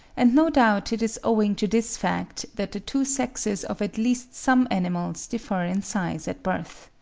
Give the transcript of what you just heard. and no doubt it is owing to this fact that the two sexes of at least some animals differ in size at birth.